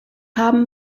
haben